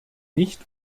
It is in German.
nicht